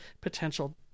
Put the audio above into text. potential